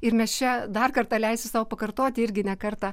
ir mes čia dar kartą leisiu sau pakartoti irgi ne kartą